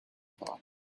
thought